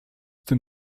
tym